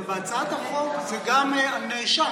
אבל בהצעת החוק זה גם נאשם,